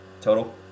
total